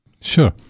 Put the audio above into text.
Sure